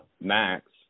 Max